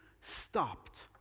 stopped